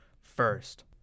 first